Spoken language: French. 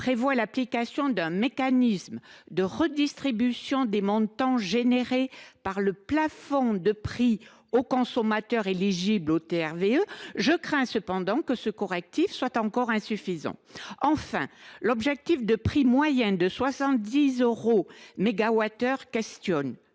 prévoit l’application d’un mécanisme de redistribution des montants générés par le plafond de prix aux consommateurs éligibles au TRV, je crains que ce correctif ne soit insuffisant. Enfin, l’objectif de prix moyen de 70 euros du